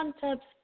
concepts